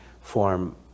form